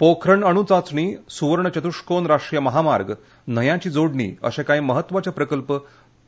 पोखरण अणु चांचणी सुवर्ण चतुशकोन राष्ट्रीय महामार्ग न्हंयांची जोडणी अशे कांय महत्वाचे प्रकल्प